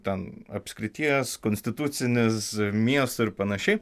ten apskrities konstitucinis miesto ir panašiai